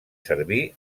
servir